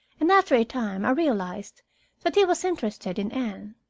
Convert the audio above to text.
and after a time i realized that he was interested in anne.